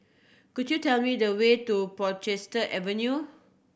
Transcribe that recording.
could you tell me the way to Portchester Avenue